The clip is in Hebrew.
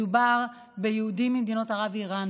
מדובר ביהודים ממדינות ערב ואיראן,